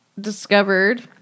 Discovered